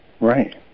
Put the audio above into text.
Right